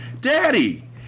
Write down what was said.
Daddy